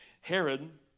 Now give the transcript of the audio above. Herod